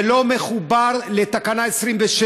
זה לא מחובר לתקנה 27,